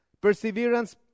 Perseverance